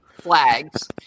flags